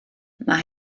mae